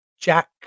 Jack